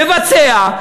מבצע,